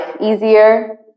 easier